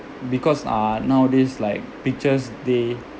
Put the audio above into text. because uh nowadays like pictures they